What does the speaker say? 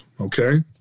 okay